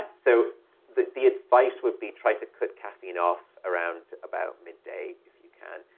ah so the the advice would be try to cut caffeine off around about midday if you can.